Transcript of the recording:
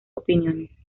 opiniones